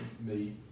meet